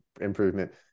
improvement